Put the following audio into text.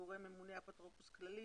הגורם הממונה הוא האפוטרופוס הכללי.